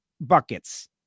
buckets